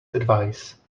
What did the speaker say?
advice